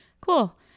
cool